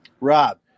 Rob